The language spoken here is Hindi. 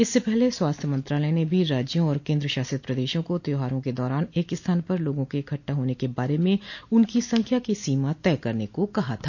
इससे पहले स्वास्थ्य मंत्रालय ने भी राज्या और केंद्रशासित प्रदेशों को त्यौहारों के दौरान एक स्थान पर लोगों के इकट्ठा होने के बारे में उनकी संख्या की सीमा तय करने को कहा था